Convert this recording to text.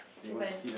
If I